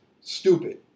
stupid